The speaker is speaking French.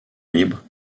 libre